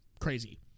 Crazy